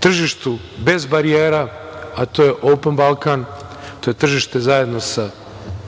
tržišta bez barija, a to je „Open Balkan“, to je da tržište zajedno sa